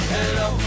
Hello